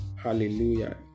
Hallelujah